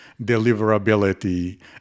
deliverability